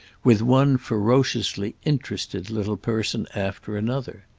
with one ferociously interested little person after another.